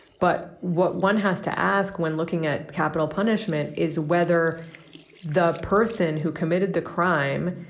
but what one has to ask when looking at capital punishment is whether the person who committed the crime